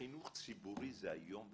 בחינוך ציבורי זה איום ונורא.